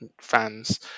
fans